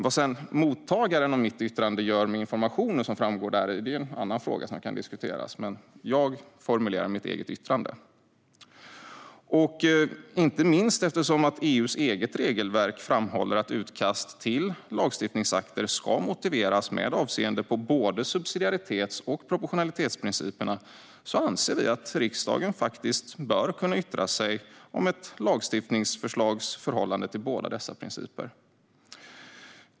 Vad mottagaren av mitt yttrande sedan gör med informationen som framgår däri är en annan fråga, som kan diskuteras, men jag formulerar mitt eget yttrande. Inte minst eftersom EU:s eget regelverk framhåller att utkast till lagstiftningsakter ska motiveras med avseende på både subsidiaritets och proportionalitetsprinciperna anser vi att riksdagen bör kunna yttra sig om ett lagstiftningsförslags förhållande till båda dessa principer.